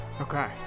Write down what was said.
okay